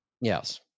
Yes